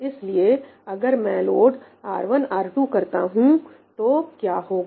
इसलिए अगर मैं लोड R1 R2 करता हूंतो क्या होगा